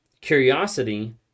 curiosity